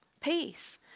Peace